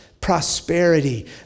prosperity